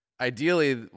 ideally